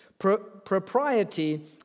Propriety